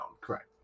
Correct